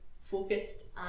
focused